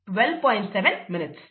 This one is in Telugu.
7 నిమిషాలు